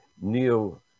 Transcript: Neo